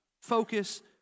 focus